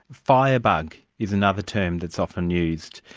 firebug is another term that's often used,